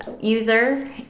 user